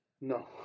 No